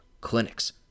clinics